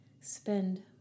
spend